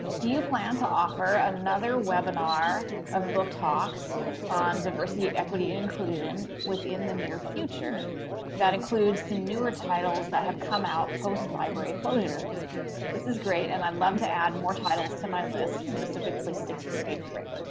do you plan to offer another webinar of book talks on diversity equity and inclusion? within the near future that includes some newer titles that have come out host library closer this is great. and i'd love to add more titles to my list specifically six through eighth grade